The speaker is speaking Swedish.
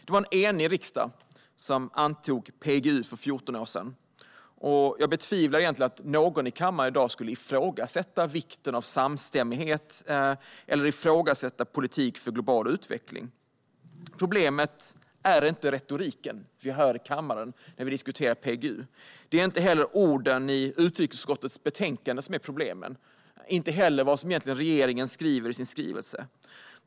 Det var en enig riksdag som antog PGU för 14 år sedan, och jag betvivlar att någon i kammaren i dag skulle ifrågasätta vikten av samstämmighet eller politiken för global utveckling. Problemet är inte den retorik vi hör i kammaren när vi diskuterar PGU. Det är heller inte orden i utrikesutskottets betänkande som är problemet eller vad regeringen skriver i sin skrivelse.